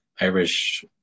irish